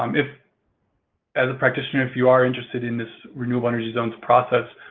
um if as a practitioner, if you are interested in this renewable energy zones process,